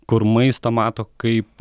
kur maistą mato kaip